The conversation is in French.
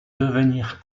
devenir